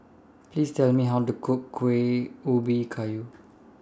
Please Tell Me How to Cook Kueh Ubi Kayu